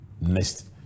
next